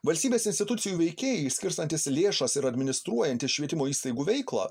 valstybės institucijų veikėjai skirstantys lėšas ir administruojantys švietimo įstaigų veiklą